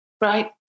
Right